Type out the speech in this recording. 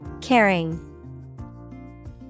Caring